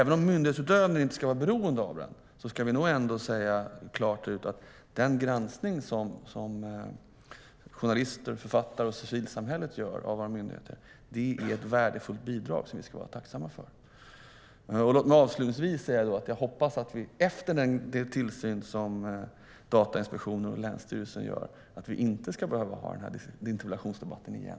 Även om myndighetsutövningen inte ska vara beroende av den granskning som journalister, författare och civilsamhället gör av våra myndigheter ska vi nog ändå säga klart ut att den är ett värdefullt bidrag som vi ska vara tacksamma för. Jag vill avslutningsvis säga att jag hoppas att vi efter den tillsyn som Datainspektionen och länsstyrelsen gör inte ska behöva ha denna interpellationsdebatt igen.